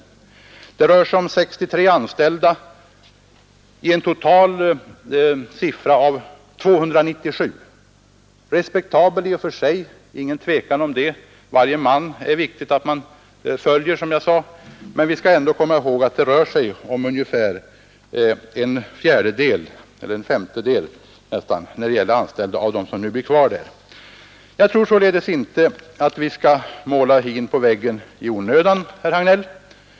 Och det rör sig om 63 anställda av det totala antalet 297. Det är otvivelaktigt en respektabel siffra i och för sig — men det gäller dock ungefär en femtedel av det totala antalet anställda. Jag tror således inte att vi skall måla hin på väggen i onödan, herr Hagnell.